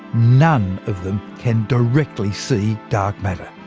none of them can directly see dark matter.